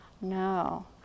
No